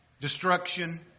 destruction